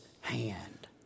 hand